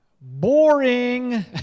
Boring